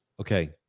Okay